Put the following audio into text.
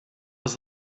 was